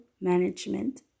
management